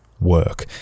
work